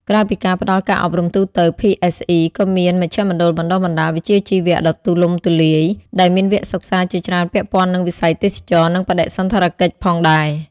ក្រៅពីការផ្តល់ការអប់រំទូទៅ ភីអេសអឺក៏មាន មជ្ឈមណ្ឌលបណ្តុះបណ្តាលវិជ្ជាជីវៈ ដ៏ទូលំទូលាយ ដែលមានវគ្គសិក្សាជាច្រើនពាក់ព័ន្ធនឹងវិស័យទេសចរណ៍ និងបដិសណ្ឋារកិច្ចផងដែរ។